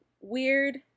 weird